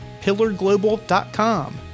pillarglobal.com